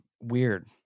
Weird